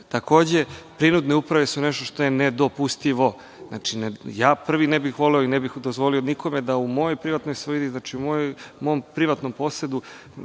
način. Takođe, prinudne uprave su nešto što je nedopustivo. Znači, ja prvi ne bih voleo i ne bih dozvolio nikome da u mojoj privatnoj svojini, u mom privatnom posedu